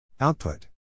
Output